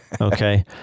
Okay